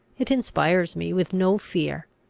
it inspires me with no fear.